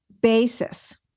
basis